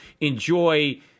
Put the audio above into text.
enjoy